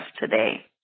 today